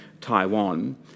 Taiwan